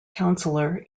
councillor